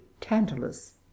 tantalus